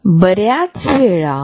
जवळ ये